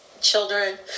children